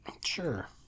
Sure